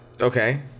Okay